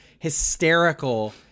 Hysterical